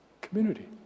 community